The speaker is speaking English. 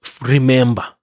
remember